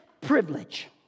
privilege